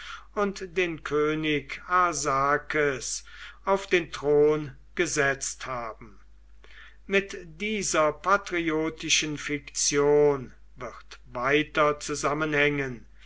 und den könig arsakes auf den thron gesetzt haben mit dieser patriotischen fiktion wird weiter zusammenhängen